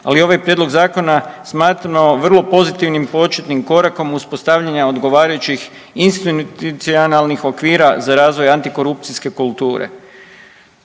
ali ovaj prijedlog zakona smatramo vrlo pozitivnim početnim korakom uspostavljanja odgovarajućih institucionalnih okvira za razvoj antikorupcijske kulture.